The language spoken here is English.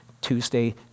Tuesday